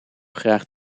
graag